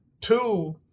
two